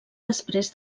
després